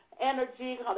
energy